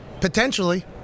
potentially